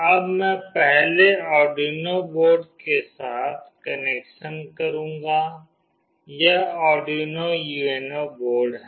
अब मैं पहले आर्डुइनो बोर्ड के साथ कनेक्शन करूंगी यह आर्डुइनो UNO बोर्ड है